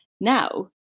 now